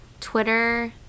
Twitter